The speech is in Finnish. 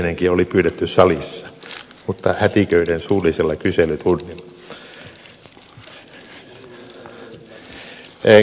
edellinenkin oli pyydetty salissa mutta hätiköiden suullisella kyselytunnilla